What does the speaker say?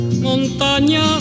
montañas